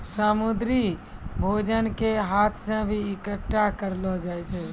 समुन्द्री भोजन के हाथ से भी इकट्ठा करलो जाय छै